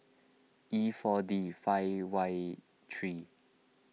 E four D five Y three